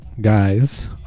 guys